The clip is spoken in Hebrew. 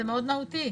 זה מאוד מהותי.